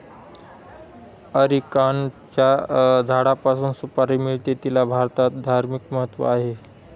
अरिकानटच्या झाडापासून सुपारी मिळते, तिला भारतात धार्मिक महत्त्व आहे